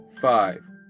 five